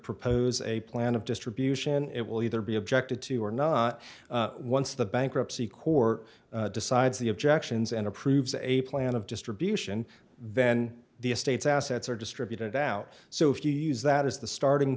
propose a plan of distribution it will either be objected to or not once the bankruptcy court decides the objections and approves a plan of distribution then the estates assets are distributed out so if you use that as the starting